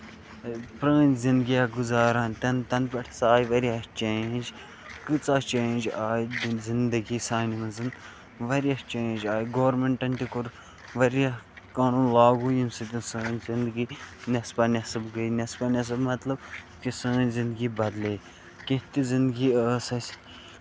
پرٲنۍ زِندگیا گُزاران تِن تَنہٕ پٮ۪ٹھ ہسا آے واریاہ چینج کۭژاہ چینج آیہِ زِندگی سانہِ منٛز واریاہ چینج آیہِ گورمینٹَن تہِ کوٚر واریاہ قانوٗن لاگوٗ ییٚمہِ سۭتۍ سٲنۍ زِندگۍ نیصفا نیصف گے نیصفا نیصف مطلب یہِ سٲنۍ زِندگی بَدلے کیٚنہہ تہِ زِندگی ٲس اَسہِ